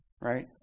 right